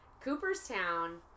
Cooperstown